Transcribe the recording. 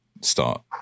start